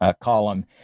column